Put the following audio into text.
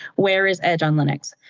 where is edge on linux?